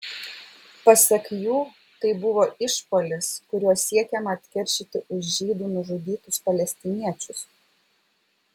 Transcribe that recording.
pasak jų tai buvo išpuolis kuriuo siekiama atkeršyti už žydų nužudytus palestiniečius